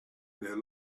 their